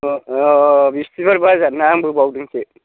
अ औ बिस्थिबार बाजार ना आंबो बावदोंसो